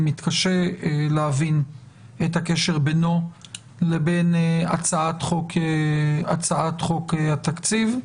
אני מתקשה להבין את הקשר בינו לבין הצעת חוק התקציב.